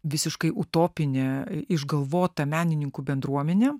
visiškai utopinė išgalvota menininkų bendruomenė